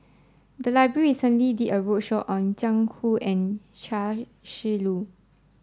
the library recently did a roadshow on Jiang Hu and Chia Shi Lu